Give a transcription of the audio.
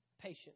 patient